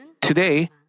today